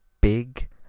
big